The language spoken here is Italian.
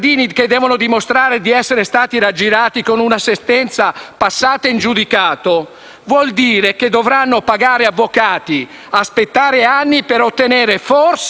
Avete impedito il riporto delle perdite per le imprese che applicano un nuovo regime di cassa, una grave penalizzazione per 2 milioni di imprese.